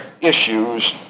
issues